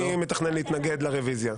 אני מתכנן להתנגד לרביזיה.